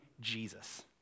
Jesus